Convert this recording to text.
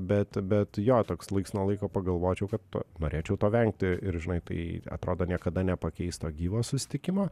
bet bet jo toks laiks nuo laiko pagalvočiau kad norėčiau to vengti ir žinai tai atrodo niekada nepakeis to gyvo susitikimo